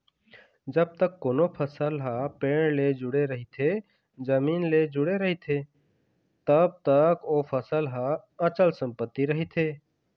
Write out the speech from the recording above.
जब तक कोनो फसल ह पेड़ ले जुड़े रहिथे, जमीन ले जुड़े रहिथे तब तक ओ फसल ह अंचल संपत्ति रहिथे